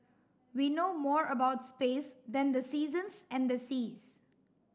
we know more about space than the seasons and the seas